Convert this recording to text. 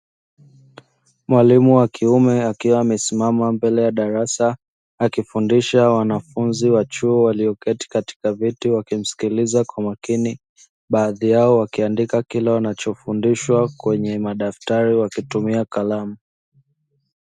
Mwalimu wa kiume akiwa amesimama mbele ya darasa akifundisha wanafunzi wa chuo walioketi katika viti wakimsikiliza kwa makini, baadhi yao wakiandika kile wanachofundishwa kwenye madaftari wakitumia kalamu.